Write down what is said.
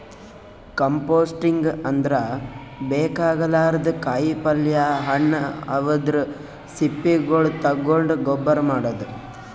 composting ಅಂದ್ರ ಬೇಕಾಗಲಾರ್ದ್ ಕಾಯಿಪಲ್ಯ ಹಣ್ಣ್ ಅವದ್ರ್ ಸಿಪ್ಪಿಗೊಳ್ ತಗೊಂಡ್ ಗೊಬ್ಬರ್ ಮಾಡದ್